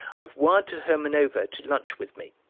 i've wired to hermanova to lunch with me.